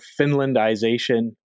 Finlandization